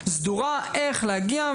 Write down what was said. י' באייר,